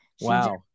Wow